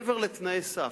מעבר לתנאי סף,